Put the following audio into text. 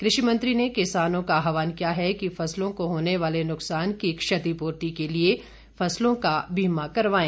कृषि मंत्री ने किसानों का आह्वान किया है कि फसलों को होने वाले नुकसान की क्षतिपूर्ति के लिए फसलों का बीमा करवायें